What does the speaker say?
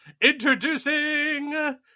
introducing